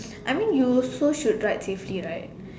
I mean you also should ride safely right